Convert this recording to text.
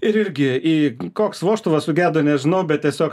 ir irgi į koks vožtuvas sugedo nežinau bet tiesiog